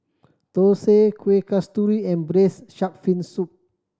thosai Kuih Kasturi and Braised Shark Fin Soup